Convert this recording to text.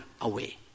away